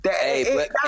hey